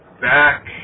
back